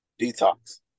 detox